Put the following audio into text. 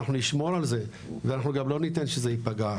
אנחנו נשמור על זה ואנחנו גם לא ניתן שזה יפגע.